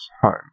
home